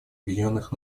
объединенных